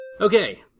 Okay